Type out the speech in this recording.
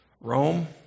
Rome